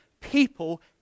People